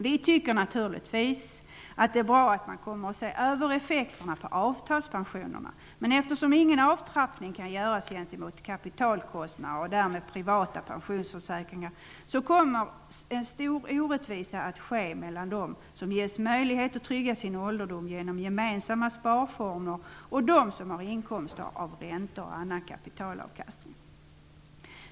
Vi tycker naturligtvis att det är bra att man kommer att se över effekterna på avtalspensionerna, men eftersom ingen avtrappning kan göras gentemot kapitalinkomster och därmed privata pensionsförsäkringar kommer en stor orättvisa att ske mellan dem som ges möjlighet att trygga sin ålderdom genom gemensamma sparformer och dem som har inkomster av räntor och annan kapitalavkastning.